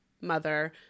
mother